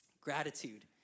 Gratitude